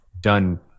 done